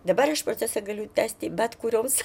dabar aš procesą galiu tęsti bet kurioms